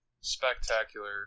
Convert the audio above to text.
spectacular